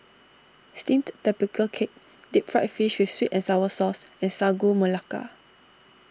Steamed Tapioca Cake Deep Fried Fish with Sweet and Sour Sauce and Sagu Melaka